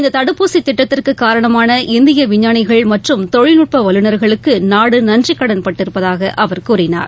இந்த தடுப்பூசி திட்டத்திற்கு காரணமான இந்திய விஞ்ஞானிகள் மற்றும் தொழில்நுட்ப வல்லுநா்களுக்கு நாடு நன்றிக் கடன் பட்டிருப்பதாக அவர் கூறினார்